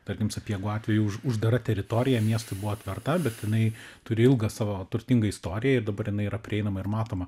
tarkim sapiegų atveju už uždara teritorija miestui buvo atverta bet jinai turi ilgą savo turtingą istoriją ir dabar jinai yra prieinama ir matoma